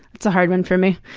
that's a hard one for me.